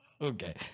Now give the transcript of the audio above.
okay